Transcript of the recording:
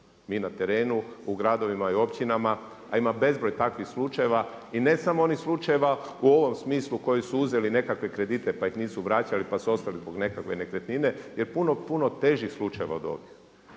mi na terenu u gradovima i općinama. A ima bezbroj takvih slučajeva i ne samo oni slučajeva u ovom smislu koji su uzeli nekakve kredite pa ih nisu vraćali pa su ostali zbog nekakve nekretnine je puno, puno težih slučajeva od ovih.